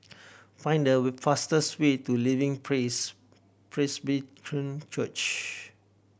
find the way fastest way to Living Praise Presbyterian Church